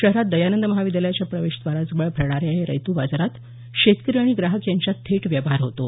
शहरात दयानंद महाविद्यालयाच्या प्रवेशद्वाराजवळ भरणाऱ्या या रयतू बाजारात शेतकरी आणि ग्राहक यांच्यात थेट व्यवहार होतो